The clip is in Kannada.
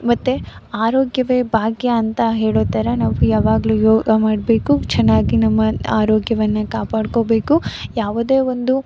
ಮತ್ತು ಆರೋಗ್ಯವೇ ಭಾಗ್ಯ ಅಂತ ಹೇಳುತ್ತಾರೆ ನಾವು ಯಾವಾಗಲೂ ಯೋಗ ಮಾಡಬೇಕು ಚೆನ್ನಾಗಿ ನಮ್ಮ ಆರೋಗ್ಯವನ್ನು ಕಾಪಾಡ್ಕೊಳ್ಬೇಕು ಯಾವುದೇ ಒಂದು